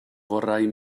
vorrai